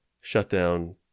shut-down